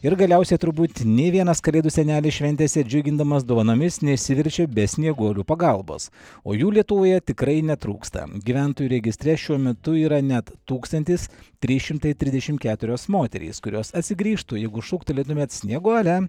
ir galiausia turbūt nė vienas kalėdų senelis šventėse džiugindamas dovanomis neišsiverčia be snieguolių pagalbos o jų lietuvoje tikrai netrūksta gyventojų registre šiuo metu yra net tūkstantis trys šimtai trisdešim keturios moterys kurios atsigrįžtų jeigu šūktelėtumėt snieguole